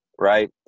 right